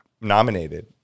nominated